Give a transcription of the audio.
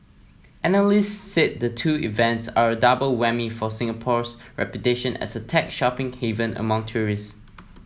analysts said the two events are a double whammy for Singapore's reputation as a tech shopping haven among tourists